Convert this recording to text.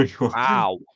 Wow